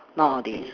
nowadays